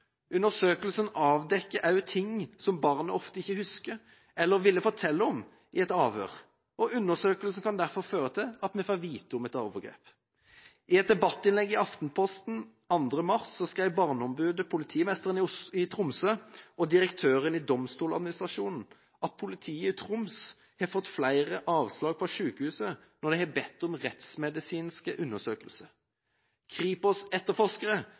Undersøkelsen avdekker også ting som barnet ofte ikke husker eller ville fortelle om i et avhør, og undersøkelsen kan derfor føre til at vi får vite om et overgrep. I et debattinnlegg i Aftenposten 2. mars skrev Barneombudet, politimesteren i Tromsø og direktøren i Domstoladministrasjonen at politiet i Troms har fått flere avslag fra sykehuset når de har bedt om rettsmedisinske undersøkelser.